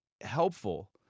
helpful